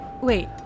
Wait